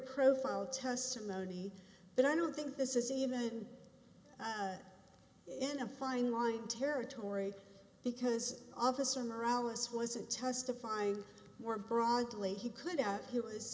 profile testimony but i don't think this is even in a fine line territory because officer morale is wasn't testifying more broadly he could out he was